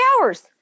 hours